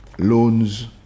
Loans